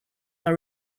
are